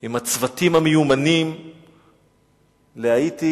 עם הצוותים המיומנים להאיטי,